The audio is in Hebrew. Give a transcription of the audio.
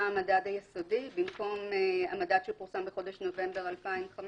היסודי, במקום המדד שפורסם בחודש נובמבר 2015,